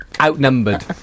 outnumbered